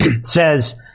says